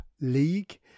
league